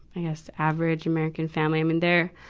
i guess average american family. i mean, they're,